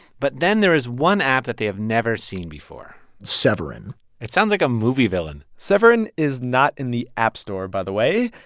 but then there is one app that they have never seen before severin it sounds like a movie villain severin is not in the app store, by the way.